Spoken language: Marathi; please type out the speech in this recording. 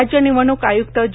राज्य निवडणूक आयुक्त ज